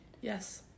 yes